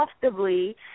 comfortably